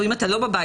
או אם אתה לא בבית,